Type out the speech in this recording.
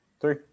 Three